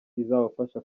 izabafasha